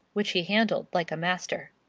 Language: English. which he handled like a master.